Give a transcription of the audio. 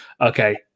okay